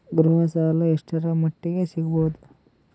ಗೃಹ ಸಾಲ ಎಷ್ಟರ ಮಟ್ಟಿಗ ಸಿಗಬಹುದು?